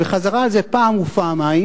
שחזרה על זה פעם ופעמיים,